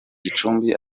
gicumbi